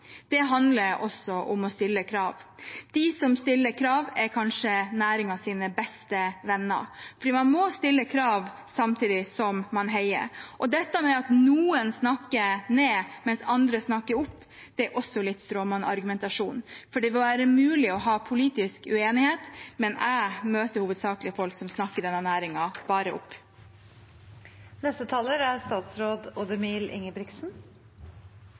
handler også om å stille krav. De som stiller krav, er kanskje næringens beste venner, fordi man må stille krav samtidig som man heier. Og dette med at noen snakker ned, mens andre snakker opp, er også litt stråmannsargumentasjon, for det må være mulig å ha politisk uenighet. Men jeg møter hovedsakelig folk som snakker denne næringen bare opp.